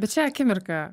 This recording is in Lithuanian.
bet šią akimirką